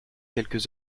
quelques